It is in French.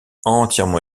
entièrement